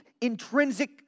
intrinsic